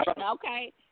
Okay